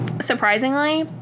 Surprisingly